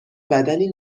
بدنی